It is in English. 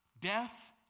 death